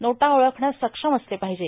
नोटा ओळखण्यास सक्षम असले पाहिजे